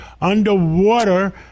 underwater